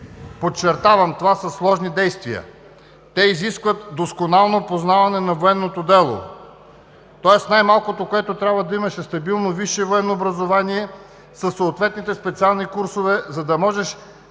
Подчертавам, това са сложни действия. Те изискват доскунално познаване на военното дело, тоест най-малкото, което трябва да имаш, е стабилно висше военно образование със съответните специални курсове, за да можеш